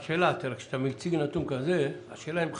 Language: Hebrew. אתה מציג נתון כזה, השאלה אם חקרתם,